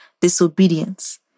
disobedience